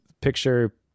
picture